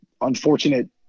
Unfortunate